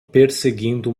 perseguindo